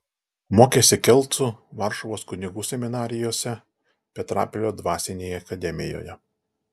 mokėsi kelcų varšuvos kunigų seminarijose petrapilio dvasinėje akademijoje